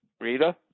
Rita